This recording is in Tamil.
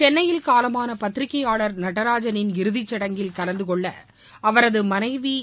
சென்னயில் காலமான பத்திரிகையாள் நடராஜனின் இறுதிச்சடங்கில் கலந்துகொள்ள அவரது மனைவி திருமதி